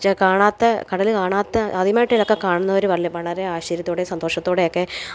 ചെ കാണാത്ത കടൽ കാണാത്ത ആദ്യമായിട്ട് ഇതൊക്കെ കാണുന്നൊരു വളരെ വളരെ ആശ്ചര്യത്തോടെ സന്തോഷത്തോടെ ഒക്കെ